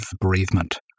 bereavement